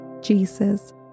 Jesus